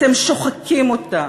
אתם שוחקים אותה,